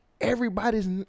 everybody's